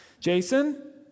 Jason